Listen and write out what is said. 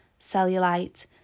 cellulite